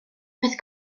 peth